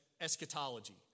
eschatology